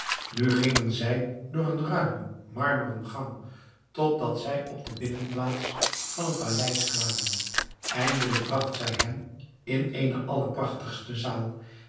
nu gingen zij door een ruimen marmeren gang totdat zij op de binnenplaats van het paleis kwamen eindelijk bragt zij hem in eene allerprachtigste zaal